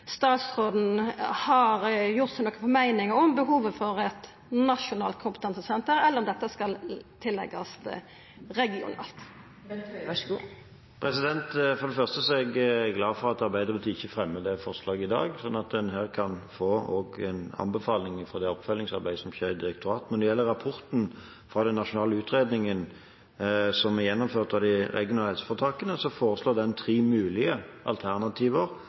statsråden gjort seg nokre meiningar om behovet for eit nasjonalt kompetansesenter, eller om dette skal leggjast regionalt? For det første er jeg glad for at Arbeiderpartiet ikke fremmer det forslaget i dag, sånn at en her også kan få en anbefaling fra det oppfølgingsarbeidet som skjer i direktoratet. Når det gjelder rapporten fra den nasjonale utredningen som er gjennomført av de regionale helseforetakene, foreslår den tre mulige alternativer